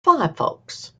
firefox